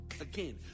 Again